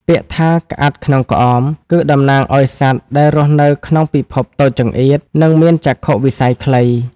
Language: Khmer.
ពាក្យថា «ក្អាត់ក្នុងក្អម» គឺតំណាងឱ្យសត្វដែលរស់នៅក្នុងពិភពតូចចង្អៀត និងមានចក្ខុវិស័យខ្លី។